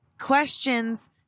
questions